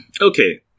Okay